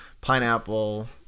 pineapple